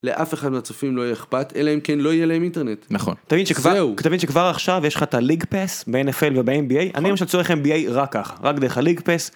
לאף אחד מהצופים לא היה אכפת אלא אם כן לא יהיה להם אינטרנט, נכון תבין שכבר עכשיו יש לך את הליג פס בנ.פ.ל ובאנ.בי.אי אני ממש צורך אמ.בי.אי רק ככה רק דרך הליג פס.